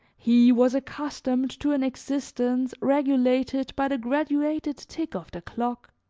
he was accustomed to an existence regulated by the graduated tick of the clock